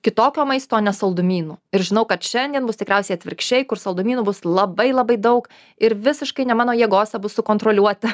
kitokio maisto o ne saldumynų ir žinau kad šiandien bus tikriausiai atvirkščiai kur saldumynų bus labai labai daug ir visiškai ne mano jėgose bus sukontroliuoti